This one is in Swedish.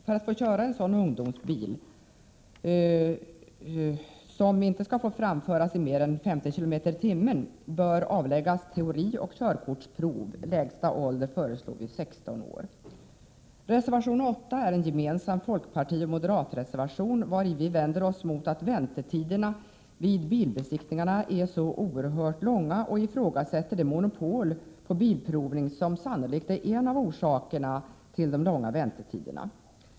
För att få köra en sådan ungdomsbil, som inte skall få framföras i högre hastighet än 50 km/tim, bör man avlägga teorioch körkortsprov. Vi föreslår en lägsta ålder av 16 år. Reservation 8 är en gemensam folkpartioch moderatreservation, vari vi vänder oss mot att väntetiderna vid bilbesiktningar är så oerhört långa. Vi ifrågasätter det monopol på bilprovning som sannolikt är en av orsakerna till de långa väntetiderna.